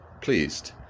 pleased